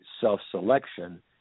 self-selection